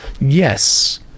Yes